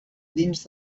dins